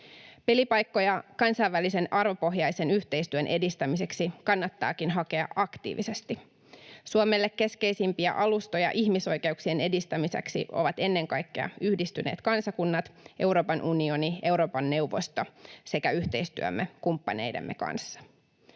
Pelipaikkoja kansainvälisen arvopohjaisen yhteistyön edistämiseksi kannattaakin hakea aktiivisesti. Suomelle keskeisimpiä alustoja ihmisoikeuksien edistämiseksi ovat ennen kaikkea Yhdistyneet kansakunnat, Euroopan unioni, Euroopan neuvosto sekä yhteistyömme kumppaneidemme kanssa.